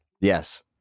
Yes